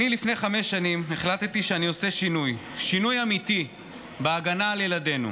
לפני חמש שנים החלטתי שאני עושה שינוי אמיתי בהגנה על ילדינו.